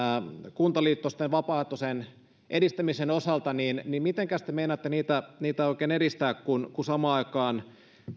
kuntaliitosten vapaaehtoisen edistämisen osalta niin niin mitenkäs te meinaatte niitä niitä oikein edistää kun kun samaan aikaan